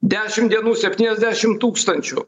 dešimt dienų septyniasdešim tūkstančių